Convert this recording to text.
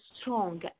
strong